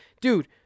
Dude